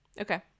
okay